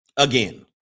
Again